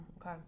Okay